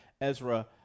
Ezra